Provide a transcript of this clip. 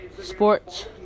sports